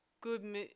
good